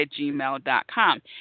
gmail.com